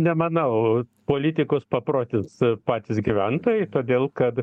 nemanau politikus paprotins patys gyventojai todėl kad